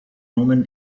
roman